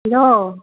hello